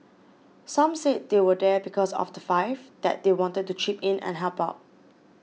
some said they were there because of the five that they wanted to chip in and help out